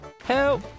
Help